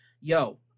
Yo